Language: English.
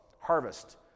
Harvest